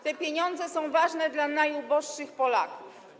Te pieniądze są ważne dla najuboższych Polaków.